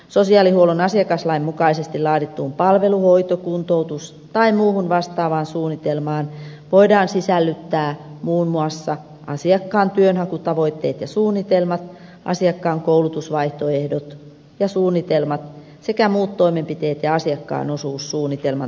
sosiaalihuollon asiakaslain mukaisesti laadittuun palvelu hoito kuntoutus tai muuhun vastaavaan suunnitelmaan voidaan sisällyttää muun muassa asiakkaan työnhakutavoitteet ja suunnitelmat asiakkaan koulutusvaihtoehdot ja suunnitelmat sekä muut toimenpiteet ja asiakkaan osuus suunnitelman toteuttamisessa